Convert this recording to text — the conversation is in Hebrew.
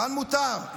כאן מותר.